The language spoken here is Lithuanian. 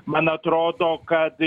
man atrodo kad